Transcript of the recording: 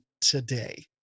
today